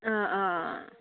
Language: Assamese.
অঁ অঁ অঁ